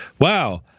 Wow